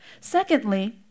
Secondly